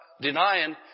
denying